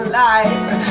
life